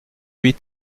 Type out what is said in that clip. huit